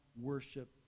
worship